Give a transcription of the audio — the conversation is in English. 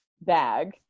bag